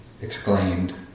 exclaimed